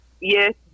Yes